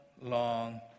long